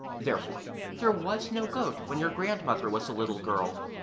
therefore there was no goat when your grandmother was a little girl.